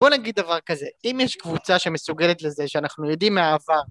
בוא נגיד דבר כזה, אם יש קבוצה שמסוגלת לזה שאנחנו יודעים מהעבר